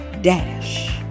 Dash